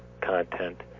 content